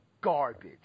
garbage